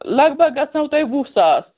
لگ بگ گژھنَو تۄہہِ وُہ ساس